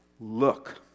look